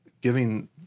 giving